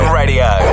radio